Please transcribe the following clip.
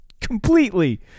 Completely